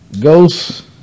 Ghost